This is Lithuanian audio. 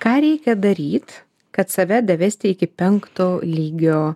ką reikia daryt kad save davesti iki penkto lygio